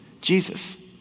Jesus